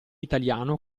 italiano